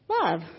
Love